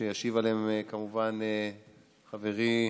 וישיב עליהן כמובן חברי,